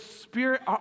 spirit